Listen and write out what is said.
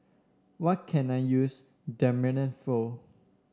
what can I use Dermale for